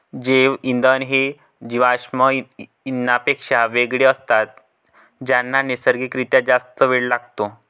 जैवइंधन हे जीवाश्म इंधनांपेक्षा वेगळे असतात ज्यांना नैसर्गिक रित्या जास्त वेळ लागतो